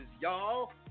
y'all